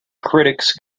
critics